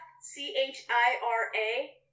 C-H-I-R-A